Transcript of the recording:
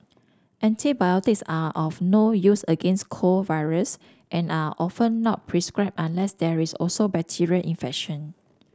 antibiotics are of no use against cold viruses and are often not prescribed unless there is also bacterial infection